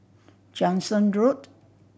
Jansen Road